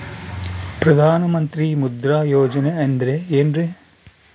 ಪ್ರಧಾನ ಮಂತ್ರಿ ಮುದ್ರಾ ಯೋಜನೆ ಅಂದ್ರೆ ಏನ್ರಿ?